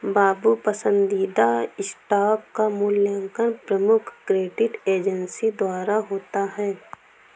बाबू पसंदीदा स्टॉक का मूल्यांकन प्रमुख क्रेडिट एजेंसी द्वारा होता है